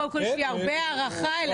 קודם כל יש לי הרבה הערכה אליו.